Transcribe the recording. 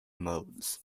modes